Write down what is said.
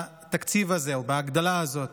בתקציב הזה או בהגדלה הזאת,